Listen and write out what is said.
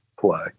play